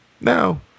Now